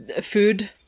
food